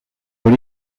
but